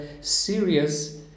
serious